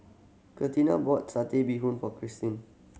Katina bought Satay Bee Hoon for Christine